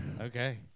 Okay